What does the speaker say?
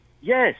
yes